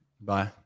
Bye